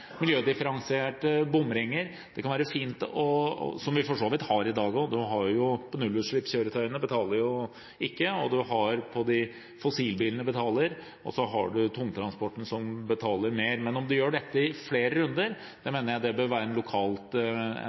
miljødifferensierte bomringer, som vi for så vidt har i dag også. Nullutslippskjøretøyene betaler ikke, fossilbilene betaler, og så har du tungtransporten, som betaler mer. Om man gjør dette i flere runder, mener jeg det bør være en